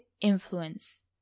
influence